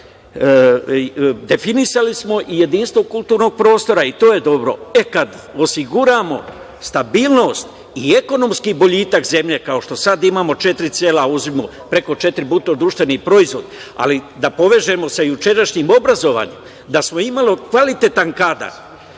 definisali smo i jedinstvo kulturnog prostora. I to je dobro. E, kada osiguramo stabilnost i ekonomski boljitak zemlje, kao što sada imamo četiri cela, preko četiri BDP, ali da povežemo sa jučerašnjim obrazovanjem. Da smo imali kvalitetan kadar